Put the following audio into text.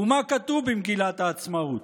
מה כתוב במגילת העצמאות?